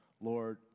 Lord